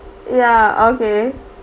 ya okay